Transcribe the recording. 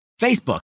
Facebook